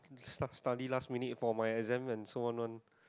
start study last minute for exam and so on one